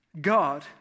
God